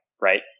right